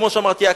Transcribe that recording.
כמו שאמרתי,